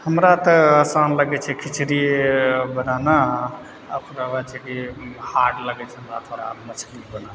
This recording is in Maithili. हमरा तऽ आसान लागै छै खिचड़ी बनाना आ ओकरा बाद छै कि हार्ड लागै छै हमरा थोड़ा मछली बनाना